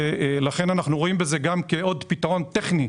לכן אנחנו רואים בזה גם עוד פתרון טכני.